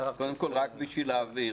קודם כל, רק כדי להבין.